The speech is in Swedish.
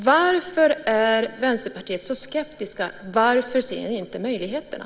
Varför är Vänsterpartiet så skeptiskt? Varför ser ni inte möjligheterna?